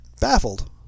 baffled